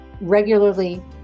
regularly